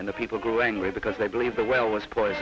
and the people grew angry because they believe the well was po